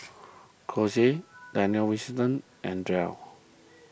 Kose Daniel and Dell